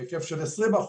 בהיקף של 20 אחוזים,